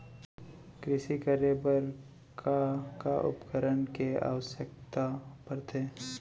कृषि करे बर का का उपकरण के आवश्यकता परथे?